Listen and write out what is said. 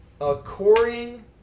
according